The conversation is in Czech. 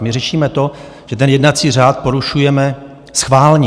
My řešíme to, že ten jednací řád porušujeme schválně.